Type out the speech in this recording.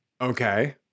Okay